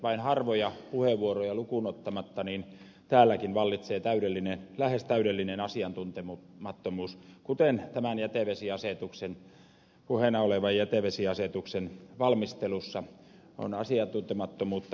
vain harvoja puheenvuoroja lukuun ottamatta täälläkin vallitsee lähes täydellinen asiantuntemattomuus samalla tavalla kuin tämän puheena olevan jätevesiasetuksen valmistelussa ovat asiantuntemattomuutta osoittaneet virkamiehet